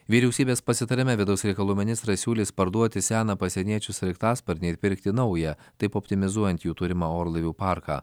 vyriausybės pasitarime vidaus reikalų ministrai siūlys parduoti seną pasieniečių sraigtasparnį pirkti naują taip optimizuojant jų turimą orlaivių parką